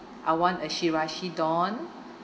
I want a shirashi don